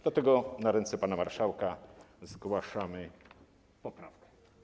Dlatego na ręce pana marszałka zgłaszamy poprawkę.